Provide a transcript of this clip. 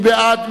מי בעד?